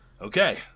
Okay